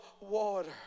water